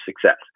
success